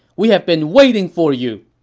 we've been waiting for you!